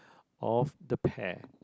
of the pear